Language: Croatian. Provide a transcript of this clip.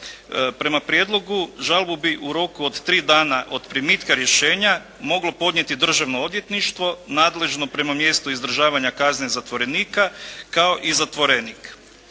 Prema prijedlogu žalbu bi u roku od tri dana od primitka rješenja moglo podnijeti državno odvjetništvo nadležno prema mjestu izdržavanja kazne zatvorenika kao i zatvorenik.